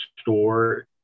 store